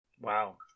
Wow